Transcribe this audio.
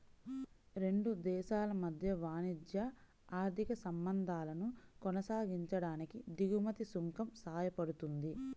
రెండు దేశాల మధ్య వాణిజ్య, ఆర్థిక సంబంధాలను కొనసాగించడానికి దిగుమతి సుంకం సాయపడుతుంది